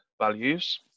values